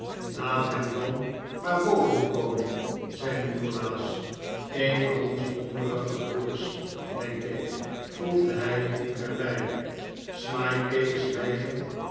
laat hem dan maar boven komen zei nikolaas een van onze hongerige breeders denk ik voegde hij er bij